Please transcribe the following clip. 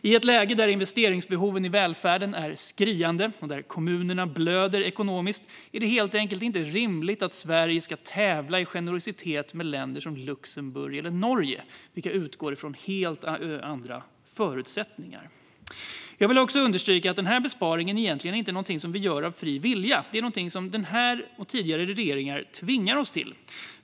I ett läge där investeringsbehoven i välfärden är skriande och där kommunerna blöder ekonomiskt är det helt enkelt inte rimligt att Sverige ska tävla i generositet med länder som Luxembourg och Norge, som utgår från helt andra förutsättningar. Jag vill också understryka att besparingen egentligen inte är något vi gör av fri vilja, utan det är något som denna regering och tidigare regeringar tvingar oss till.